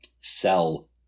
sell